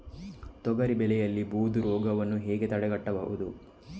ತೊಗರಿ ಬೆಳೆಯಲ್ಲಿ ಬೂದು ರೋಗವನ್ನು ಹೇಗೆ ತಡೆಗಟ್ಟಬಹುದು?